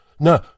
No